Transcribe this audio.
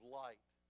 light